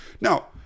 Now